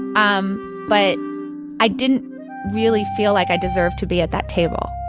um but i didn't really feel like i deserved to be at that table